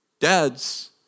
Dads